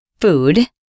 Food